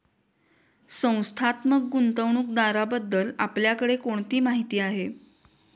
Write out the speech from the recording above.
संस्थात्मक गुंतवणूकदाराबद्दल आपल्याकडे कोणती माहिती आहे?